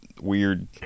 weird